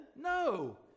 No